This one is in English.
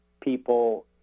people